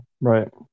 Right